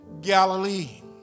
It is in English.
Galilee